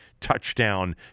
touchdown